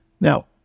now